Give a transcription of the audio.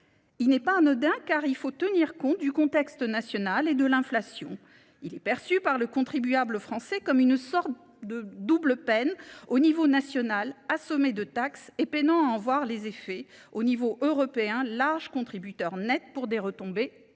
Il n’est pas anodin, car il faut tenir compte du contexte national et de l’inflation. Il est perçu par le contribuable français comme une sorte de double peine : au niveau national, assommé de taxes et peinant à en voir les effets ; au niveau européen, large contributeur net pour des retombées